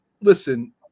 Listen